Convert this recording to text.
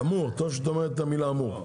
טוב שאת אומרת: אמור.